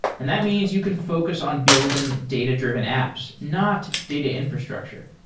and that means you can focus on building data-driven apps, not data infrastructure.